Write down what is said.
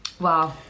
Wow